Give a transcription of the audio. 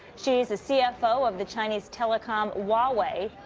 she is the cfo of the chinese telecom huawei.